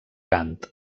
gant